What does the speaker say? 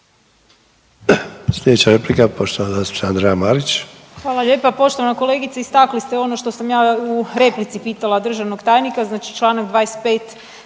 Andreje Marić. **Marić, Andreja (SDP)** Hvala lijepa. Poštovana kolegice istaknuli ste ono što sam ja u replici pitala državnog tajnika. Znači članak 23.